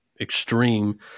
extreme